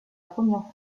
première